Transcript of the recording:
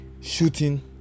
shooting